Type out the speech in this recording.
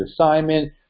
assignment